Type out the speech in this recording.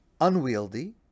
unwieldy